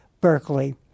Berkeley